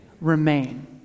Remain